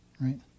right